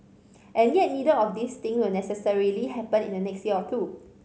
and yet neither of these things will necessarily happen in the next year or two